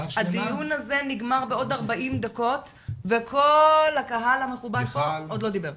הדיון הזה נגמר בעוד ארבעים דקות וכל הקהל המכובד פה לא דיבר.